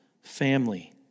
family